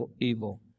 evil